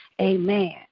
amen